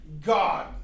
God